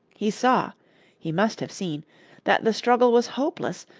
he saw he must have seen that the struggle was hopeless,